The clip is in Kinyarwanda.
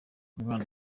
umwana